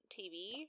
TV